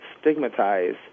stigmatize